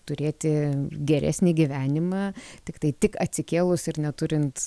turėti geresnį gyvenimą tiktai tik atsikėlus ir neturint